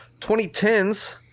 2010s